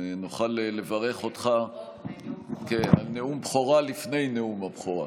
נוכל לברך אותך על נאום בכורה לפני נאום הבכורה.